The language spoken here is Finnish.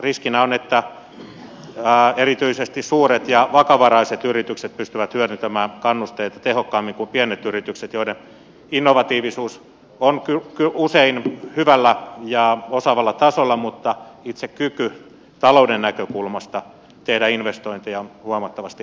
riskinä on että erityisesti suuret ja vakavaraiset yritykset pystyvät hyödyntämään kan nusteita tehokkaammin kuin pienet yritykset joiden innovatiivisuus on usein hyvällä ja osaavalla tasolla mutta itse kyky talouden näkökulmasta tehdä investointeja on huomattavasti heikompi